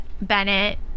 Bennett